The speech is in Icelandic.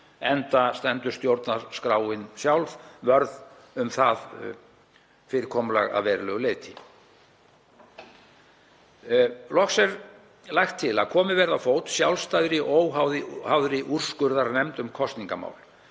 enda stendur stjórnarskráin sjálf vörð um það fyrirkomulag að verulegu leyti. Loks er lagt til að komið verði á fót sjálfstæðri og óháðri úrskurðarnefnd um kosningamál